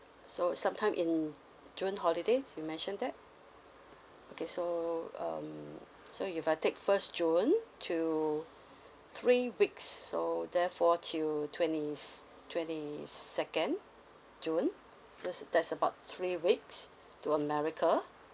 so some time in june holidays you mentioned that okay so um so if I take first june to three weeks so therefore till twenty s~ twenty second june that's that's about three weeks to america